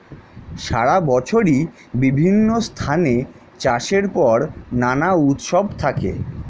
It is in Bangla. সারা বছরই বিভিন্ন স্থানে চাষের পর নানা উৎসব থাকে